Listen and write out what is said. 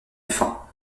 fins